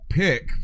pick